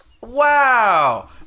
Wow